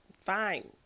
fine